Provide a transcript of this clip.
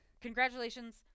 Congratulations